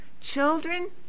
Children